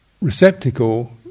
receptacle